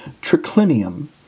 triclinium